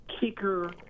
kicker